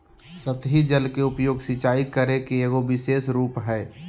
सतही जल के उपयोग, सिंचाई करे के एगो विशेष रूप हइ